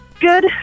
Good